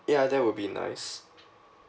ya that would be nice